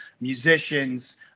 musicians